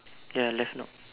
ya left knob